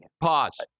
Pause